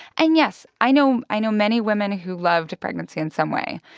and yes, i know i know many women who loved pregnancy in some way.